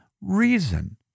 reason